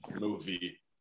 movie